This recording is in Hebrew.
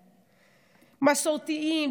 מסורתיים,